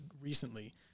Recently